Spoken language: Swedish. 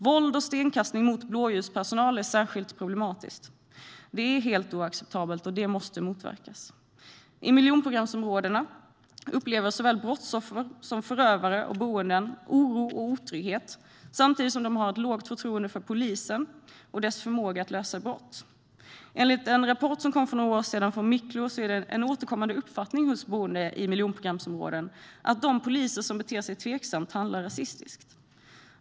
Våld och stenkastning mot blåljuspersonal är särskilt problematiskt. Det är helt oacceptabelt och måste motverkas. I miljonprogramsområdena upplever såväl brottsoffer som förövare och boende oro och otrygghet, samtidigt som de har ett lågt förtroende för polisen och dess förmåga att lösa brott. Enligt en rapport som kom från Miklo för några år sedan är det en återkommande uppfattning hos boende i miljonprogramsområdena att de poliser som beter sig tveksamt handlar rasistiskt.